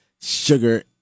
sugar